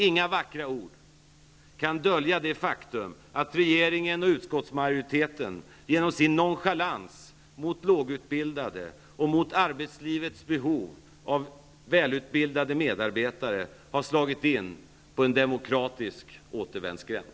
Inga vackra ord kan dölja det faktum att regeringen och utskottsmajoriteten genom sin nonchalans mot lågutbildade och mot arbetslivets behov av välutbildade medarbetare har slagit in på en demokratisk återvändsgränd.